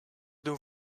doen